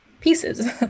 pieces